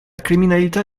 criminalità